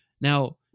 Now